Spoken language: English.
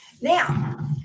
Now